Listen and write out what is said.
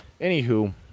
Anywho